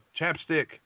ChapStick